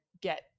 get